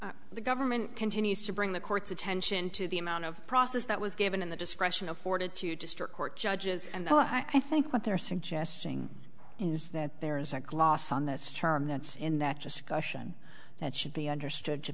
much the government continues to bring the court's attention to the amount of process that was given and the discretion afforded to district court judges and i think what they're suggesting is that there is a gloss on this term that's in that just a question that should be understood to